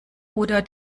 oder